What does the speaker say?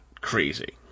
crazy